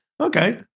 Okay